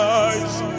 eyes